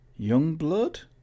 Youngblood